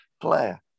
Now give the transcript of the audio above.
player